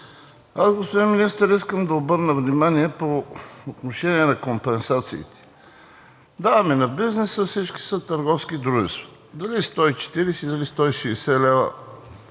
Аз, господин Министър, искам да обърна внимание по отношение на компенсациите. Даваме на бизнеса – всички са търговски дружества, дали 140, дали 160 лв.